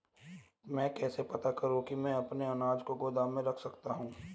मैं कैसे पता करूँ कि मैं अपने अनाज को गोदाम में रख सकता हूँ?